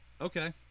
Okay